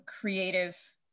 creative